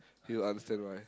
he will understand why